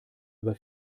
über